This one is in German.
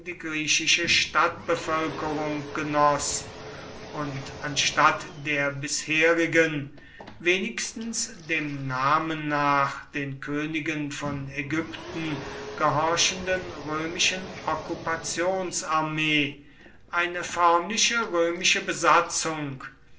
griechische stadtbevölkerung genoß und anstatt der bisherigen wenigstens dem namen nach den königen von ägypten gehorchenden römischen okkupationsarmee eine förmliche römische besatzung